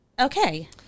Okay